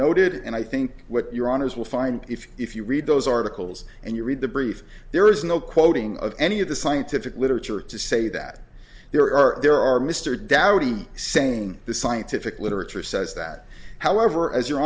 noted and i think what your honour's will find if you if you read those articles and you read the brief there is no quoting of any of the scientific literature to say that there are there are mr dowdy saying the scientific literature says that however as your